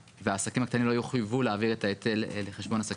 שזה מה שמופיע בנוסח של חברת הכנסת רוזין,